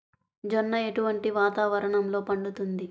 జొన్న ఎటువంటి వాతావరణంలో పండుతుంది?